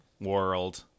world